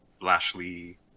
Lashley